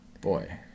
Boy